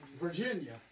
Virginia